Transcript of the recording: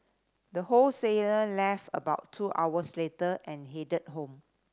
the wholesaler left about two hours later and headed home